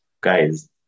Guys